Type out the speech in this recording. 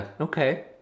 Okay